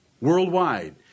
worldwide